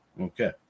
Okay